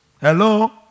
Hello